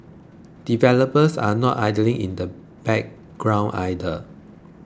developers are not idling in the background either